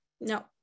No